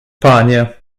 panie